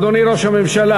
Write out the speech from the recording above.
אדוני ראש הממשלה,